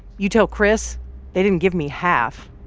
you tell chris they didn't give me half.